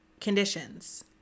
conditions